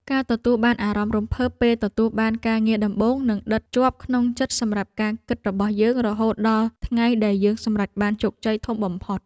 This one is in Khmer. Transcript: ការទទួលបានអារម្មណ៍រំភើបពេលទទួលបានការងារដំបូងនឹងដិតជាប់ក្នុងចិត្តសម្រាប់ការគិតរបស់យើងរហូតដល់ថ្ងៃដែលយើងសម្រេចបានជោគជ័យធំបំផុត។